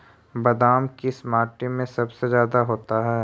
बादाम किस माटी में सबसे ज्यादा होता है?